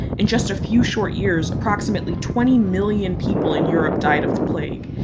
in just a few short years approximately twenty million people in europe died of the plague,